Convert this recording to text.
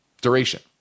duration